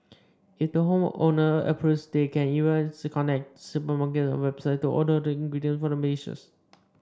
if the home owner approves they can even connect to supermarkets or websites to order the ingredients for the dishes